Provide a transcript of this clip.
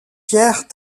pierre